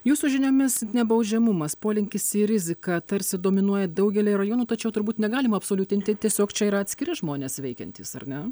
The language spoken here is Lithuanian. jūsų žiniomis nebaudžiamumas polinkis į riziką tarsi dominuoja daugelyje rajonų tačiau turbūt negalima absoliutinti tiesiog čia yra atskiri žmonės veikiantys ar ne